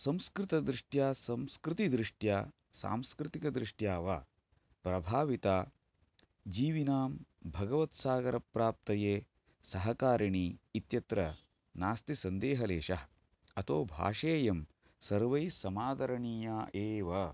संस्कृतदृष्ट्या संस्कृतिदृष्ट्या सांस्कृतिकदृष्ट्या वा प्रभाविता जीविनां भगवत्सागर प्राप्तये सहकारिणी इत्यत्र नास्ति सन्देहलेशः अतो भाषेयं सर्वेस्समादरणीया एव